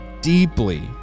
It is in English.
deeply